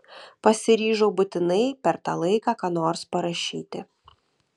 pasiryžau būtinai per tą laiką ką nors parašyti